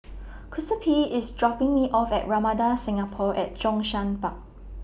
Giuseppe IS dropping Me off At Ramada Singapore At Zhongshan Park